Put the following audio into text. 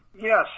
Yes